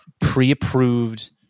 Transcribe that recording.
pre-approved